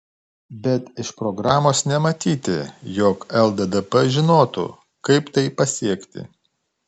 bet iš programos nematyti jog lddp žinotų kaip tai pasiekti